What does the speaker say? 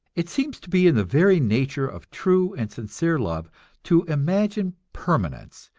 it seems to be in the very nature of true and sincere love to imagine permanence,